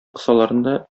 кысаларында